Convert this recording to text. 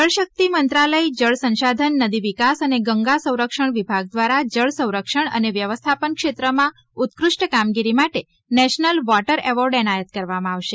જળશિકત મંત્રાલય જળ સંશાધન નદી વિકાસ અને ગંગા સંરક્ષણ વિભાગ દ્વારા જળસંરક્ષણ અને વ્યવસ્થાપન ક્ષેત્રમાં ઉતકૃષ્ટ કામગીરી માટે નેશનલ વોટર એવોર્ડ એનાયત કરવામાં આવશે